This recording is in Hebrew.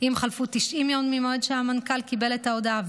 אם חלפו 90 יום מהמועד שהמנכ"ל קיבל את ההודעה,